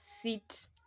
sit